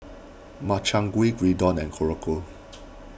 Makchang Gui Gyudon and Korokke